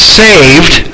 saved